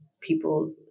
people